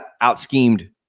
out-schemed